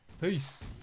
peace